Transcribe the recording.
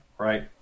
Right